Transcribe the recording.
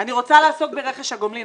אני רוצה לעסוק ברכש הגומלין.